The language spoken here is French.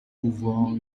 pouvoir